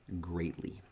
greatly